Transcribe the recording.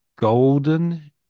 golden